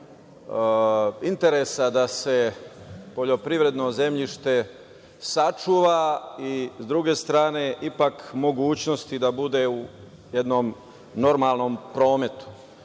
interesa da se poljoprivredno zemljište sačuva i, s druge strane, ipak mogućnosti da bude u jednom normalnom prometu.